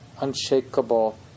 unshakable